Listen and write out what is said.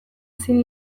ezin